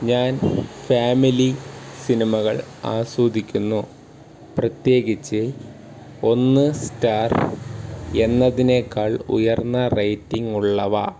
ഞാൻ ഫാമിലി സിനിമകൾ ആസ്വദിക്കുന്നു പ്രത്യേകിച്ചു ഒന്ന് സ്റ്റാർ എന്നതിനേക്കാൾ ഉയർന്ന റേറ്റിംഗ് ഉള്ളവ